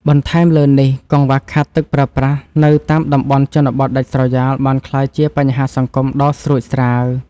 បន្ថែមលើនេះ កង្វះខាតទឹកប្រើប្រាស់នៅតាមតំបន់ជនបទដាច់ស្រយាលបានក្លាយជាបញ្ហាសង្គមដ៏ស្រួចស្រាវ។